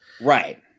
Right